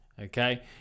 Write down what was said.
Okay